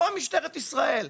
באה משטרת ישראל,